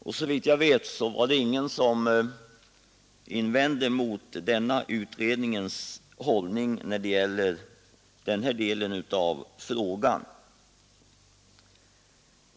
Efter vad jag vet var det ingen som då reste någon invändning däremot.